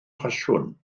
ffasiwn